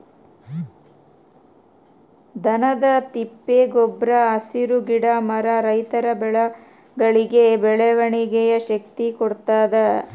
ದನದ ತಿಪ್ಪೆ ಗೊಬ್ರ ಹಸಿರು ಗಿಡ ಮರ ರೈತರ ಬೆಳೆಗಳಿಗೆ ಬೆಳವಣಿಗೆಯ ಶಕ್ತಿ ಕೊಡ್ತಾದ